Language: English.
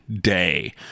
day